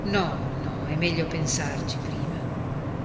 no no è meglio pensarci prima